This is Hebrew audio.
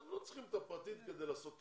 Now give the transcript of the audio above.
אנחנו לא צריכים את הפרטית כדי לעשות תיקון.